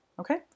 okay